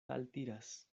altiras